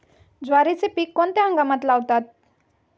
ज्वारीचे पीक कोणत्या हंगामात लावतात?